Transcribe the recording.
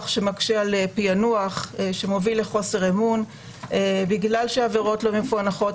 שמקשה על פענוח שמוביל לחוסר אמון בגלל שהעבירות לא מפוענחות.